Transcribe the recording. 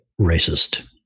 racist